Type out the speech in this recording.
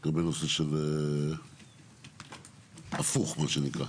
גם בנושא של הפוך, מה שנקרא.